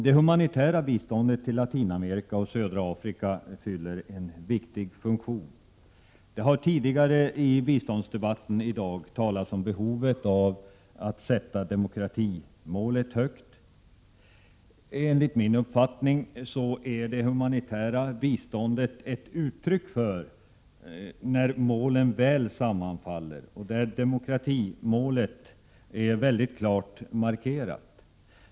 Det humanitära biståndet till Latinamerika och södra Afrika fyller en viktig funktion. Tidigare i dagens biståndsdebatt har talats om behovet av att sätta demokratimålet högt. Enligt min uppfattning är det humanitära biståndet ett uttryck för när målen väl sammanfaller och då demokratimålet är mycket klart markerat.